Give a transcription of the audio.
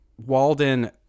Walden